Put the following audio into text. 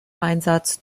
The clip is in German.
einsatz